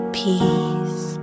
peace